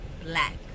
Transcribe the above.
black